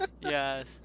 Yes